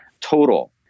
total